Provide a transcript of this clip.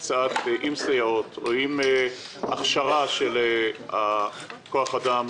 הקצאה של סייעות או הכשרה של כוח אדם.